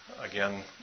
Again